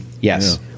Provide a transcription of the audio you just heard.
yes